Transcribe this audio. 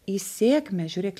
į sėkmę žiūrėk